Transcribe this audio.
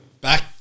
back